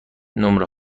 نمره